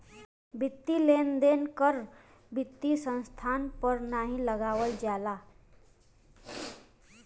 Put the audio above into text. वित्तीय लेन देन कर वित्तीय संस्थान पर नाहीं लगावल जाला